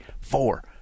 four